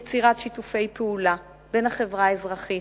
יצירת שיתופי פעולה בין החברה האזרחית,